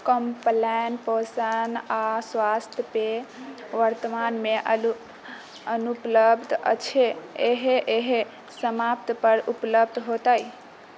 Complan पोषण आ स्वास्थ्य पेय वर्तमानमे अनुपलब्ध अछि एहि एहि सप्ताह पर उपलब्ध होयत